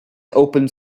opened